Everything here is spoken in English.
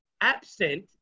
Absent